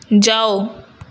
جاؤ